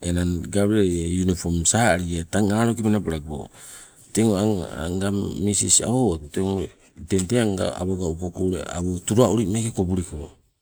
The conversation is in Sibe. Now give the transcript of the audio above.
enang gaweliai, uniform saa elie tang aloke menabalago. Teng ang ngang misis awa owatu teng tee anga awoga upoko awo tula uli meeke kobuliko.